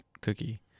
cookie